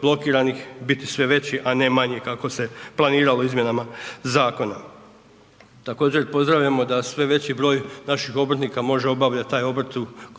blokiranih biti sve veći, a ne manji kako se planirano izmjenama zakona. Također, pozdravljamo da sve veći broj naših obrtnika može obavljati naš obrt